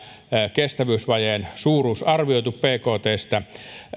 kestävyysvajeen suuruus bktsta